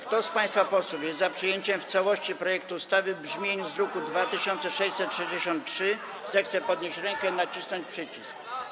Kto z państwa posłów jest za przyjęciem w całości projektu ustawy w brzmieniu z druku nr 2663, zechce podnieść rękę i nacisnąć przycisk.